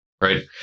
Right